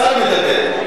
השר מדבר.